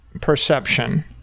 perception